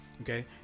okay